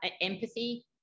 empathy